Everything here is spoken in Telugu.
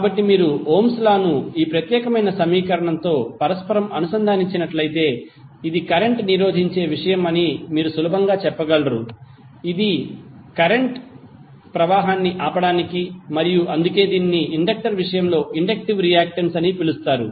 కాబట్టి మీరు ఓమ్స్ లా ను ఈ ప్రత్యేకమైన సమీకరణంతో పరస్పరం అనుసంధానించినట్లయితే ఇది కరెంట్ నిరోధించే విషయం అని మీరు సులభంగా చెప్పగలరు ఇది కరెంట్ ప్రవాహాన్ని ఆపడానికి మరియు అందుకే దీనిని ఇండక్టర్ విషయంలో ఇండక్టివ్ రియాక్టెన్స్ అని పిలుస్తారు